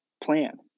plan